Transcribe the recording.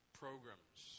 programs